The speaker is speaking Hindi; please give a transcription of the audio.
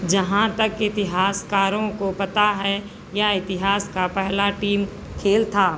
जहाँ तक इतिहासकारों को पता है यह इतिहास का पहला टीम खेल था